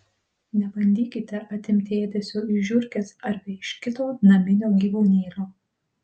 nebandykite atimti ėdesio iš žiurkės arba iš kito naminio gyvūnėlio